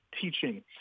teaching